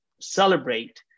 celebrate